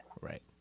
Right